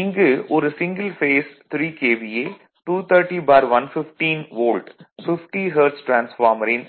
இங்கு ஒரு single phase 3 KVA 230115 volt 50 hertz டிரான்ஸ்பார்மரின்